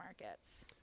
markets